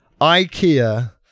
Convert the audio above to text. IKEA